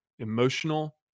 emotional